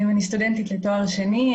אני סטודנטית לתואר שני.